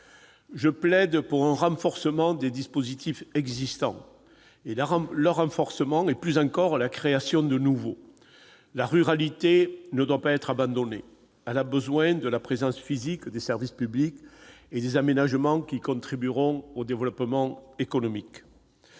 Je plaide pour un renforcement des dispositifs existants et plus encore pour la création de nouveaux dispositifs. La ruralité ne doit pas être abandonnée. Elle a besoin de la présence physique des services publics et des aménagements qui contribueront au développement économique.